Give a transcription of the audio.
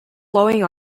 blowing